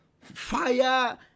fire